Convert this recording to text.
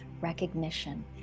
recognition